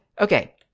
Okay